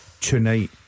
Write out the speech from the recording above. tonight